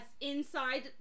inside